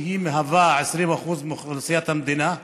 שהיא 20% מאוכלוסיית המדינה.